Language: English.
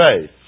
faith